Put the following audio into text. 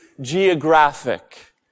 geographic